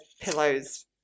pillows